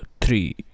three